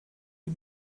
die